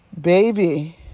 baby